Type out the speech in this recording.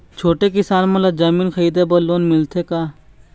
छोटे किसान मन ला जमीन खरीदे बर लोन मिलथे का?